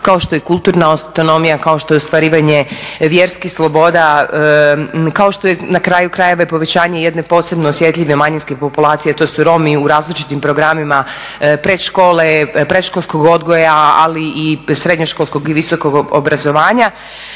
kao što je kulturna autonomija, kao što je ostvarivanje vjerskih sloboda, kao što je na kraju krajeva i povećanje jedne posebno osjetljive manjinske populacije a to su Romi u različitim programima predškole, predškolskog odgoja ali i srednjoškolskog i visokog obrazovanja,